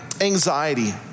anxiety